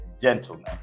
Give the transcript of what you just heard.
gentlemen